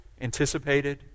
anticipated